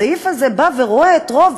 הסעיף הזה בא ורואה את רוב,